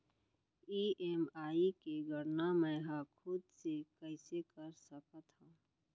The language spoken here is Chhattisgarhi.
ई.एम.आई के गड़ना मैं हा खुद से कइसे कर सकत हव?